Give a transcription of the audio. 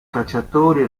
cacciatori